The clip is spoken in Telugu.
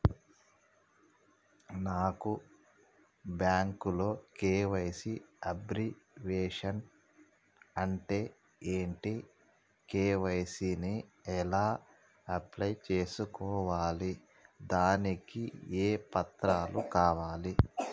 నాకు బ్యాంకులో కే.వై.సీ అబ్రివేషన్ అంటే ఏంటి కే.వై.సీ ని ఎలా అప్లై చేసుకోవాలి దానికి ఏ పత్రాలు కావాలి?